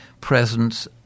presence